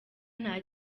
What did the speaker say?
nta